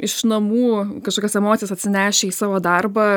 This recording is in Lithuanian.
iš namų kažkokias emocijas atsinešę į savo darbą